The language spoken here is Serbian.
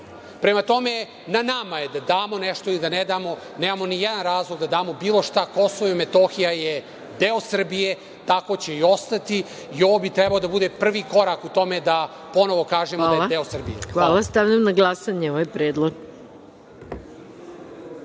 Prema tome, na nama je da damo nešto i da ne damo, nemamo ni jedan razlog da damo bilo šta. Kosovo i Metohija je deo Srbije, tako će i ostati. Ovo bi trebao da bude prvi korak u tome da ponovo kažemo da je deo Srbije. Hvala. **Maja Gojković** Hvala. Stavljam na glasanje ovaj